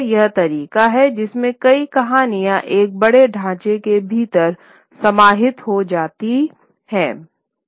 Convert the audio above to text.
तो यह तरीका है जिसमें कई कहानियां एक बड़े ढांचे के भीतर समाहित हो जाती हैं